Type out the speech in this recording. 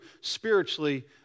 spiritually